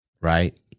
right